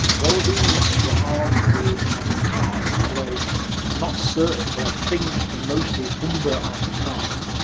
all these were armed with armoured cars although i'm not certain, but i think they're mostly humber armoured cars.